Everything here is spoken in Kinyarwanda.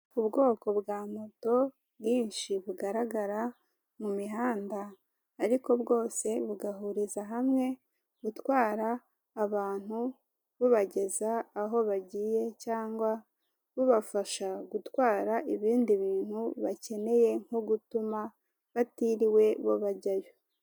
Ubwoko bwa moto bwinshi, bugaragara mu mihanda, ariko bwose bugahuriza hamwe gutwara abantu bubageza aho bagiye, cyangwa bubafasha gutwara ibindi bintu bakeneye, nko gutuma batiriwe bo bajyayo.